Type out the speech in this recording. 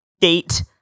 gate